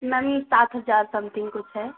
ma'am सात हजार something कुछ है